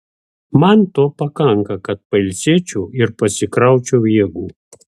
man to pakanka kad pailsėčiau ir pasikraučiau jėgų